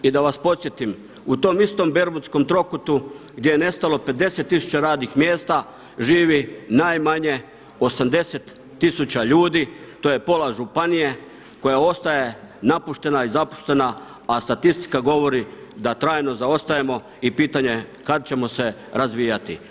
I da vas podsjetim u tom istom Bermudskom trokutu gdje je nestalo 50 tisuća radnih mjesta, živi najmanje 80 tisuća ljudi, to je pola županije koja ostaje napuštena i zapuštena, a statistika govori da trajno zaostajemo i pitanje je kada ćemo se razvijati.